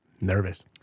Nervous